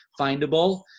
findable